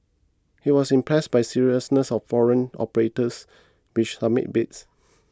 he was impressed by seriousness of foreign operators which submitted bids